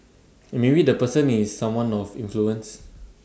maybe the person is someone of influence